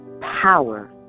power